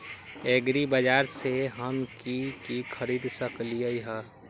एग्रीबाजार से हम की की खरीद सकलियै ह?